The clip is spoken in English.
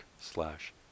slash